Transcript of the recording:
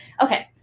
okay